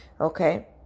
okay